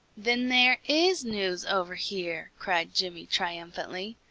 then there is news over here! cried jimmy triumphantly.